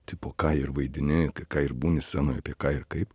tipo ką ir vaidini ką ir būni scenoj apie ką ir kaip